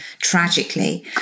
tragically